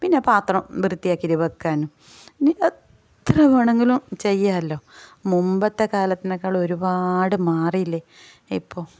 പിന്നെ പാത്രം വൃത്തിയാക്കിയിട്ട് വയ്ക്കാനും ഇനി എത്ര വേണമെങ്കിലും ചെയ്യാമല്ലോ മുൻപത്തെ കാലത്തിനേക്കാൾ ഒരുപാട് മാറിയില്ലേ ഇപ്പോൾ